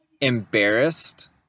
embarrassed